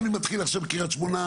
גם אם נתחיל עכשיו בקריית שמונה,